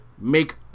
make